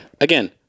again